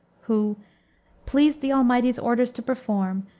who pleased the almighty's orders to perform,